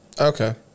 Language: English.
Okay